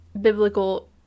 biblical